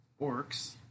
orcs